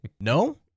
No